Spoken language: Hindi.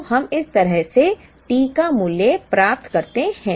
तो हम इस तरह से T का मूल्य प्राप्त करते हैं